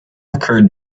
occurred